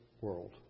world